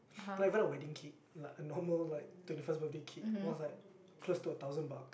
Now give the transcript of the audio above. not even a wedding cake like a normal like twenty first birthday cake it was like close to a thousand buck